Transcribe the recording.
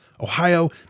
Ohio